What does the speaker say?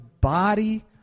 body